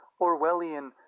Orwellian